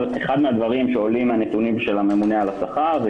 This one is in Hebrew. אחד מהדברים שעולים מהנתונים של הממונה על השכר זה